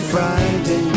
Friday